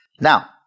Now